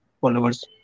Followers